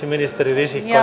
ministeri risikko